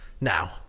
now